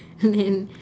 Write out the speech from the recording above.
and